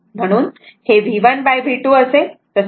म्हणून त्याचप्रमाणे हे V1 V2 असेल